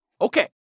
Okay